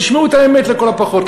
תשמעו את האמת לכל הפחות.